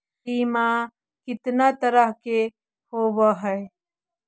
बीमा कितना तरह के होव हइ?